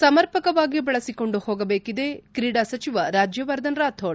ಸಮರ್ಪಕವಾಗಿ ಬಳಸಿಕೊಂಡು ಹೋಗಬೇಕಿದೆ ಕ್ರೀಡಾ ಸಚಿವ ರಾಜ್ಯವರ್ಧನ್ ರಾಥೋಡ್